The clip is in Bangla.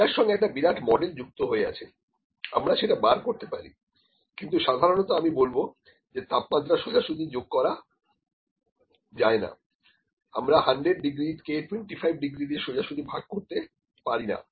এটার সঙ্গে এক বিরাট মডেল যুক্ত হয়ে আছে আমরা সেটা বার করতে পারি কিন্তু সাধারণত আমি বলব যে তাপমাত্রা সোজাসুজি যোগ করা যায় না আমরা 100 ডিগ্রী কে 25 ডিগ্রি দিয়ে সোজাসুজি ভাগ করতে পারিনা